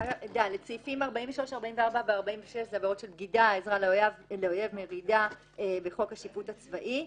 (ד)סעיפים 43, 44 ו-46 , סיפה לחוק השיפוט הצבאי,